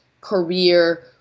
career